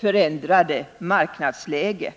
förändrade läge.